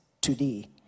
today